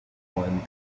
one